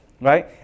right